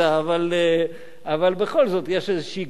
אבל בכל זאת יש גבול,